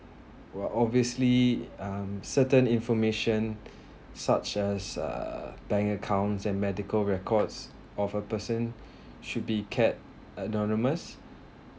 !wah! obviously um certain information such as uh bank accounts and medical records of a person should be kept anonymous